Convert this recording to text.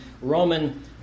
Roman